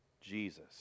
Jesus